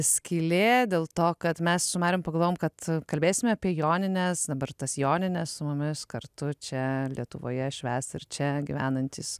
skylė dėl to kad mes su marium pagalvojom kad kalbėsime apie jonines dabar tas jonines su mumis kartu čia lietuvoje švęs ir čia gyvenantys